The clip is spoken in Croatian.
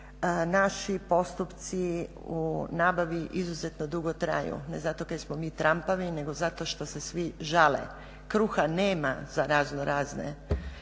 naši postupci u nabavi izuzetno drugo traju, ne zato kaj smo mi trampavi nego zato što se svi žale. Kruha nema za raznorazne